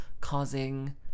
causing